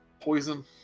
poison